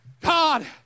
God